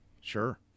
Sure